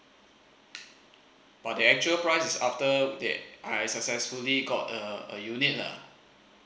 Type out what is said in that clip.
but the actual price is after that I successfully got a a unit lah